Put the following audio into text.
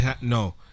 no